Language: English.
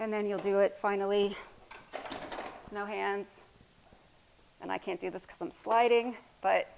and then you'll do it finally no hands and i can't do this because i'm sliding but